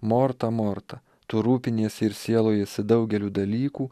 morta morta tu rūpiniesi ir sielojiesi daugeliu dalykų